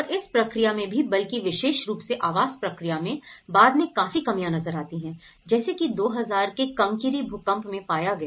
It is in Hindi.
और इस प्रक्रिया में भी बल्कि विशेष रूप से आवास प्रक्रिया में बाद में काफी कमियां नजर आती हैं जैसे कि 2000 के कंकिरी भूकंप में पाया गया